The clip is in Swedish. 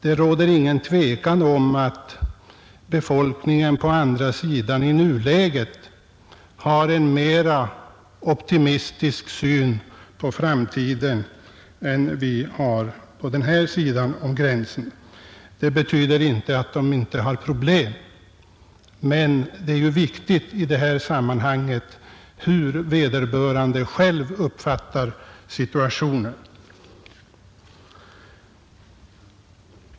Det råder inget tvivel om att befolkningen på andra sidan i nuläget har en mera optimistisk syn på framtiden än vi har. Det betyder inte att de inte har problem där, men det är ju viktigt i det här sammanhanget hur vederbörande själv uppfattar situationen.